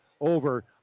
over